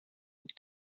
and